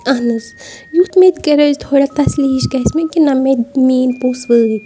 اہن حظ یُتھ مےٚ تہِ کَرِ تھوڑا تَسلی ہِش گژھِ مےٚ کہِ نہ مےٚ میٛٲنۍ پونٛسہٕ وٲتۍ